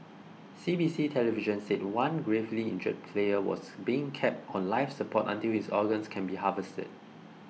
C B C television said one gravely injured player was being kept on life support until his organs can be harvested